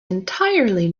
entirely